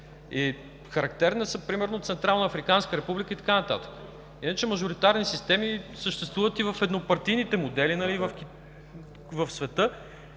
Характерни са, примерно, Централно-Африканската република и така нататък. Мажоритарни системи съществуват и в еднопартийните модели в света